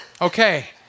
Okay